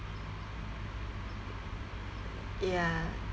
ya